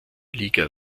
liga